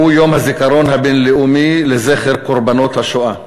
הוא יום הזיכרון הבין-לאומי לקורבנות השואה,